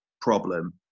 problem